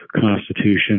constitution